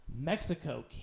Mexico